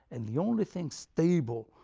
and the only thing stable,